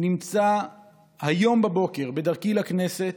היום בבוקר בדרכי לכנסת